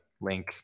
link